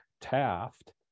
Taft